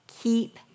Keep